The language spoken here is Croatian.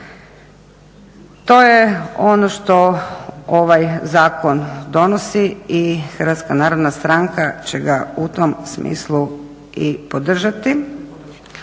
To je ono što ovaj zakon donosi i Hrvatska narodna stranka će ga u tom smislu i podržati.